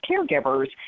caregivers